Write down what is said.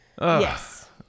Yes